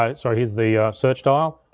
um sorry, here's the search dial.